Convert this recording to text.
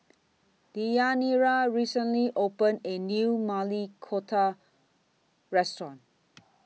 Deyanira recently opened A New Maili Kofta Restaurant